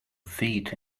feet